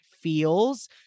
feels